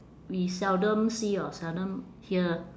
we seldom see or seldom hear